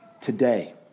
today